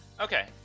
Okay